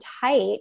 tight